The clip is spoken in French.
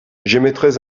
j’émettrais